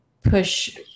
push